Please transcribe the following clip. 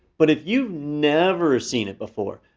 but if you never seen it before,